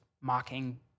mocking